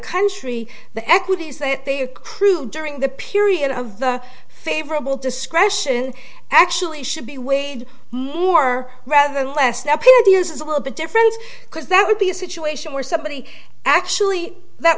country the equities that they are cruel during the period of the favorable discretion actually should be weighed more rather than less deputy is a little bit different because that would be a situation where somebody actually that